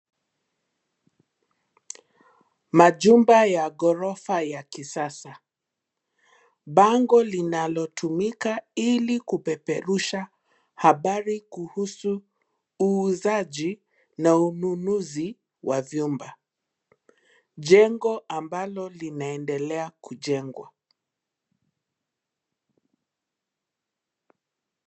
Majumba ya ghorofa ya kisasa, bango linalotumika ili kupeperusha habari kuhusu uuzaji na ununuzi wa vyumba. Jengo ambalo linaloendelea kujengwa.